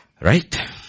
Right